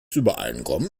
übereinkommen